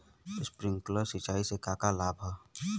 Sprinkler सिंचाई से का का लाभ ह?